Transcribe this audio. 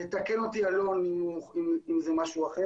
יתקן אותי אלון אם זה משהו אחר,